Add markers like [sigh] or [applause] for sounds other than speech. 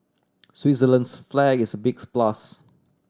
Switzerland's flag is a big [unintelligible] plus